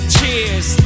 Cheers